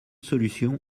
solution